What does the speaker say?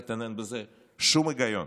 באמת אין בזה שום היגיון.